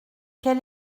quel